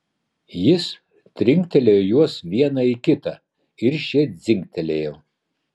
jis trinktelėjo juos vieną į kitą ir šie dzingtelėjo